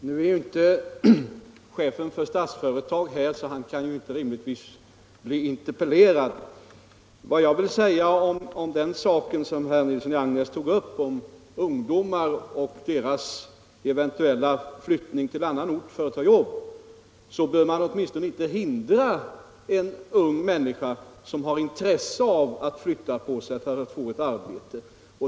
Herr talman! Nu finns ju inte chefen för Statsföretag här i riksdagen, så han kan rimligtvis inte bli interpellerad. Till det som herr Nilsson i Agnäs tog upp om arbetssökande ungdomar och deras eventuella flyttning till annan ort vill jag säga att man bör åtminstone inte hindra en ung människa som har intresse av att flytta på sig för att få ett arbete.